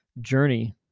journey